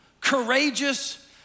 courageous